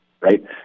Right